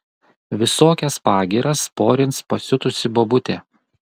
visokias pagyras porins pasiutusi bobutė